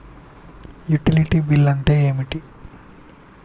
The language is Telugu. యుటిలిటీ బిల్ అంటే ఏంటిది?